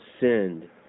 sinned